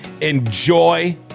Enjoy